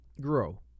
Grow